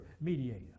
Mediator